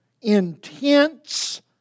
intense